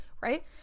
right